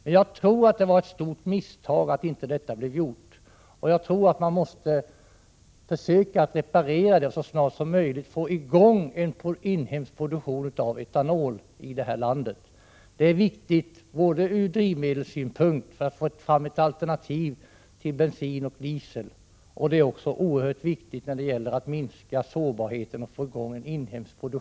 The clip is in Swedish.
Men jag tror att det var ett stort misstag att detta inte blev gjort, och jag tror att man måste försöka att reparera det, så att vi så snart som möjligt får i gång en inhemsk produktion av etanol. Det är viktigt både ur drivmedelssynpunkt — för att få fram ett alternativ till bensin och diesel — och i fråga om att minska sårbarheten.